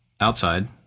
outside